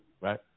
Right